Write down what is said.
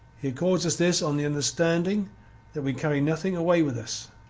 he accord us this on the understanding that we carry nothing away with us.